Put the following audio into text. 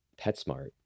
PetSmart